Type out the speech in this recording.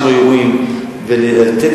ולתת